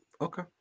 Okay